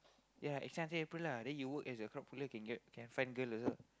ya extends to April lah and then you can work as crowd puller can get can find girl also